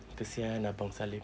kesian abang salim